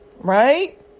Right